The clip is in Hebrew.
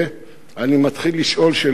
אני מתחיל לשאול שאלות קיומיות.